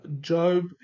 Job